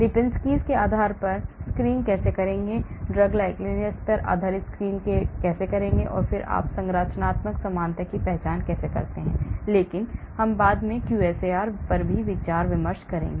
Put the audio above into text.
Lipinski's के आधार पर स्क्रीन कैसे करें drug likeness पर आधारित स्क्रीन कैसे करें और फिर आप संरचनात्मक समानता की पहचान कैसे करते हैं लेकिन हम बाद में QSAR पर विचार विमर्श कर रहे हैं